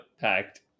packed